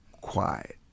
quiet